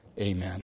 Amen